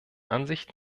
ansicht